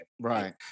right